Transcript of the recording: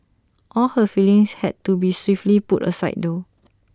all her feelings had to be swiftly put aside though